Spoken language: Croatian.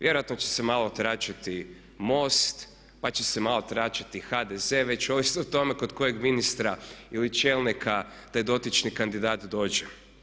Vjerojatno će se malo tračati MOST, pa će se malo tračati HDZ, već ovisno o tome kod kojeg ministra ili čelnika taj dotični kandidat dođe.